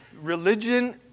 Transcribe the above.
religion